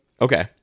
okay